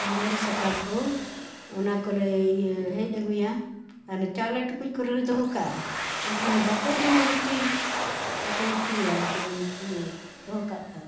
ᱥᱤᱸᱫᱩᱣᱨᱤ ᱥᱟᱠᱟᱢ ᱠᱚ ᱚᱱᱟ ᱠᱚᱞᱮ ᱤᱭᱟᱹ ᱦᱮᱡ ᱟᱹᱜᱩᱭᱟ ᱟᱨ ᱪᱟᱣᱞᱮ ᱴᱩᱠᱩᱡ ᱠᱚᱨᱮ ᱫᱚᱦᱚ ᱠᱟᱜᱼᱟ ᱮᱱᱠᱷᱟᱱ ᱵᱟᱠᱚ ᱡᱚᱢᱟ ᱦᱩᱛᱤ ᱵᱟᱠᱚ ᱦᱩᱛᱤᱭᱟ ᱡᱚᱢ ᱤᱭᱟᱹ ᱫᱚᱦᱚ ᱠᱟᱜ ᱠᱷᱟᱡ